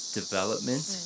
development